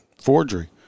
forgery